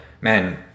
man